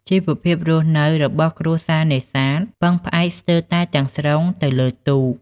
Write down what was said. ជីវភាពរស់នៅរបស់គ្រួសារនេសាទពឹងផ្អែកស្ទើរតែទាំងស្រុងទៅលើទូក។